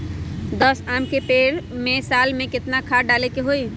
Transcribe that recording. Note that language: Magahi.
दस आम के पेड़ में साल में केतना खाद्य डाले के होई?